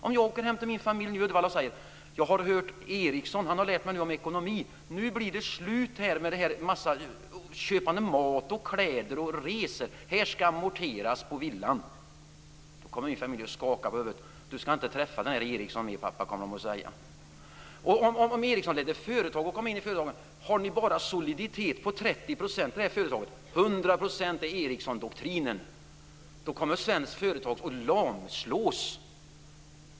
Om jag nu åker hem till min familj i Uddevalla och säger: Jag har lyssnat på Eriksson, som har lärt mig hur det skall vara med ekonomin - nu blir det slut med att köpa en massa mat, kläder och resor; här skall amorteras på villan - då kommer min familj att skaka på huvudet och säga: Du skall inte träffa den där Eriksson mer, pappa! Om Eriksson kom in som rådgivare för företagen och sade: "Har ni i företagen en soliditet om bara 30 %- Erikssondoktrinen är ju 100 %!", kommer svensk företagsamhet att lamslås.